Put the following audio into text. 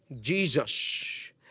Jesus